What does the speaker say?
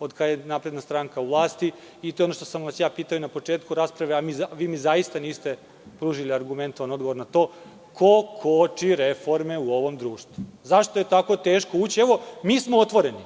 od kada je SNS u vlasti i to je ono što sam vas i pitao na početku rasprave a vi mi zaista niste pružili argumentovan odgovor na to ko koči reforme u ovom društvu, zašto je tako teško ući. Evo, mi smo otvoreni.